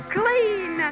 clean